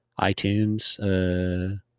iTunes